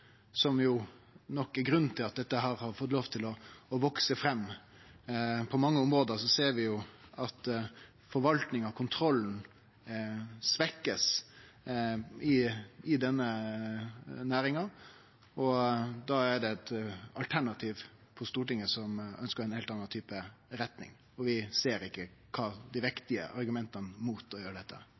nok er grunnen til at dette har fått lov til å vekse fram. På mange område ser vi at forvaltinga og kontrollen blir svekte i denne næringa, og da er det eit alternativ på Stortinget som ønskjer ein heilt annan type retning. Vi ser ikkje kva dei vektige argumenta mot å gjere dette